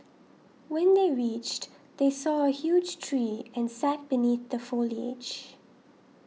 when they reached they saw a huge tree and sat beneath the foliage